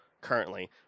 currently